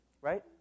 right